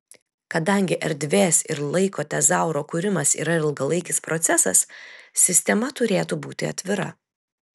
kadangi erdvės ir laiko tezauro kūrimas yra ilgalaikis procesas sistema turėtų būti atvira